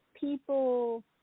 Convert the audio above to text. people